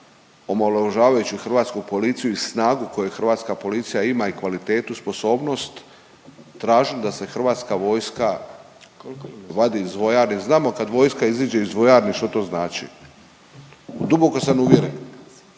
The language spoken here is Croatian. omalovažavajući hrvatsku policiju i snagu koju hrvatska policija ima i kvalitetu, sposobnost tražili da se hrvatska vojska vadi iz vojarne. Znano kad vojska iziđe iz vojarne što to znači. Duboko sam uvjeren